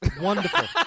Wonderful